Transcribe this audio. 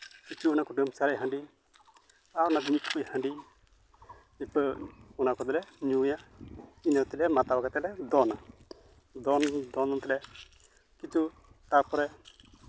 ᱠᱤᱪᱷᱩ ᱚᱱᱟ ᱠᱩᱴᱟᱹᱢ ᱥᱟᱨᱮᱡ ᱚᱱᱟ ᱦᱟᱺᱰᱤ ᱟᱨ ᱚᱱᱟ ᱢᱤᱫ ᱴᱩᱠᱩᱡ ᱦᱟᱺᱰᱤ ᱱᱤᱛᱚᱜ ᱚᱱᱟ ᱠᱚᱫᱚᱞᱮ ᱧᱩᱭᱟ ᱤᱱᱟᱹ ᱛᱮᱞᱮ ᱢᱟᱛᱟᱣ ᱠᱟᱛᱮᱫ ᱞᱮ ᱫᱚᱱᱟ ᱫᱚᱱ ᱫᱚᱱ ᱛᱮᱞᱮ ᱠᱤᱱᱛᱩ ᱛᱟᱨᱯᱚᱨᱮ